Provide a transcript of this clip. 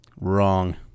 Wrong